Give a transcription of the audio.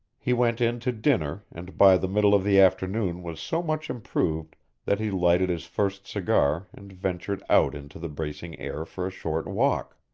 he went in to dinner and by the middle of the afternoon was so much improved that he lighted his first cigar and ventured out into the bracing air for a short walk.